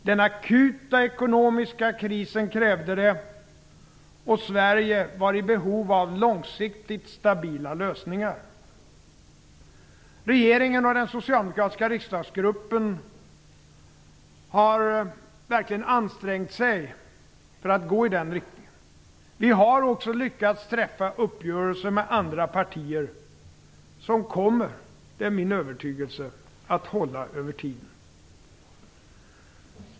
Den akuta ekonomiska krisen krävde det, och Sverige var i behov av långsiktigt stabila lösningar. Regeringen och den socialdemokratiska riksdagsgruppen har verkligen ansträngt sig för att gå i den riktningen. Vi har också lyckats träffa uppgörelser med andra partier som kommer - det är min övertygelse - att hålla över tiden.